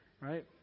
Right